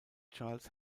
charles